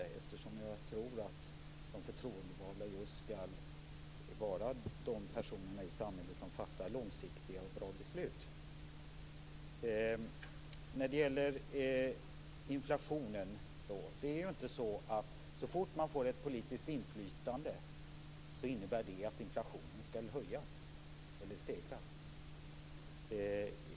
Jag anser nämligen att de förtroendevalda skall vara just de personer i samhället som fattar långsiktiga och bra beslut. När det gäller inflationen är det inte så att den skall stegras så fort man får ett politiskt inflytande.